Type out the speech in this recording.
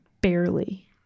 barely